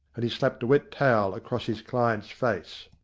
and he slapped a wet towel across his client's face.